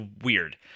weird